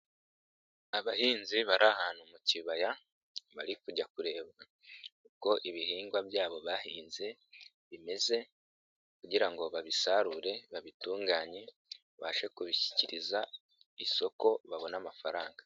Abahinzi bari ahantu mu kibaya bari kujya kureba uko ibihingwa byabo bahinze bimeze kugira ngo babisarure babitunganye babashe kubishyikiriza isoko babone amafaranga.